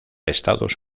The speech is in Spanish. estados